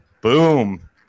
Boom